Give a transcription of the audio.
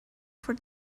for